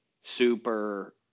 super –